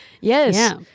yes